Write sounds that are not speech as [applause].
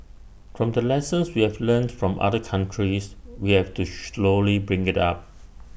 from the lessons we have learnt from other countries we have to [unintelligible] bring IT up